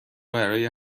برای